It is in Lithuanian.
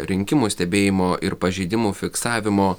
rinkimų stebėjimo ir pažeidimų fiksavimo